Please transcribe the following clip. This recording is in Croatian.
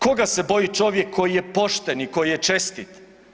Koga se boji čovjek koji je pošten i koji je čestit?